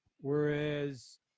Whereas